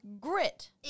grit